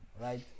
right